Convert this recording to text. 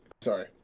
sorry